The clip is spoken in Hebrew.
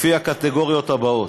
לפי הקטגוריות הבאות: